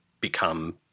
become